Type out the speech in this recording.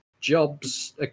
jobs